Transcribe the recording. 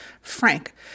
Frank